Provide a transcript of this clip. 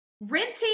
renting